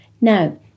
Now